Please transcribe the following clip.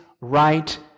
right